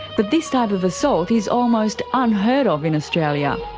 but this type of assault is almost unheard of in australia.